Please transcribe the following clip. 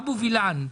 אבו וילן,